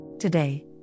Today